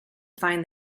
find